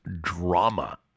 Drama